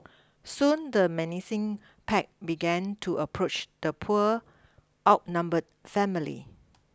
soon the menacing pack began to approach the poor outnumbered family